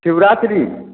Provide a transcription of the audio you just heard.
Shivratri